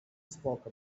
spoke